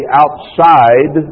outside